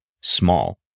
small